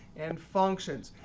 and functions.